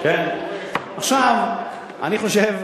אני חושב,